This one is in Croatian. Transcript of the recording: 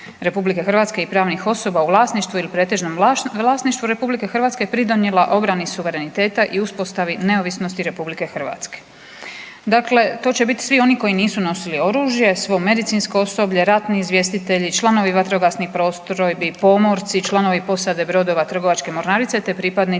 Republike Hrvatske i pravnih osoba u vlasništvu ili pretežnom vlasništvu Republike Hrvatske pridonijela obrani suvereniteta i uspostavi neovisnosti Republike Hrvatske. Dakle, to će biti svi oni koji nisu nosili oružje, svo medicinsko osoblje, ratni izvjestitelji, članovi vatrogasnih postrojbi, pomorci, članovi posade brodova trgovačke mornarice te pripadnici